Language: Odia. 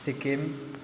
ସିକିମ